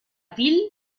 ville